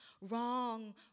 wrong